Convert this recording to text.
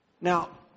Now